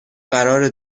قراره